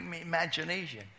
imagination